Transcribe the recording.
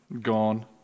gone